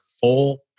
full